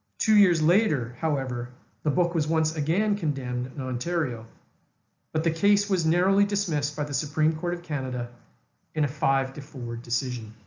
two years later however the book was once again condemned in ontario but the case was narrowly dismissed by the supreme court of canada in a five-to-four decision.